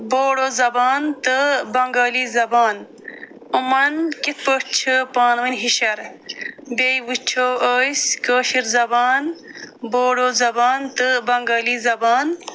بوڈو زبان تہٕ بنگٲلی زبان یِمن کِتھ پٲٹھۍ چھِ پانہٕ ؤنۍ ہِشِر بیٚیہِ وٕچھو أسۍ کٲشٕر زبان بوڈو زبان تہٕ بنگٲلی زبان